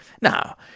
Now